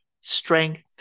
strength